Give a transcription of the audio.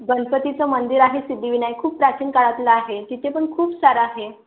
गणपतीचं मंदिर आहे सिद्धिविनायक खूप प्राचीन काळातलं आहे तिथे पण खूप सारं आहे